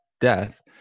death